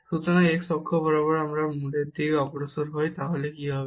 সুতরাং x অক্ষ বরাবর যদি আমরা মূলের দিকে অগ্রসর হই তাহলে কি হবে